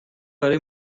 برای